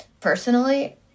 personally